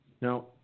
Now